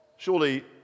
Surely